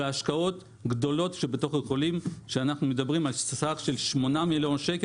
והשקעות גדולות שאנו מדברים על סך של 8 מיליון ₪,